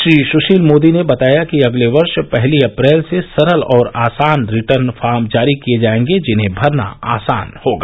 श्री सुशील मोदी ने बताया कि अगले वर्ष पहली अप्रैल से सरल और आसान रिटर्न फार्म जारी किए जाएंगे जिन्हें भरना आसान होगा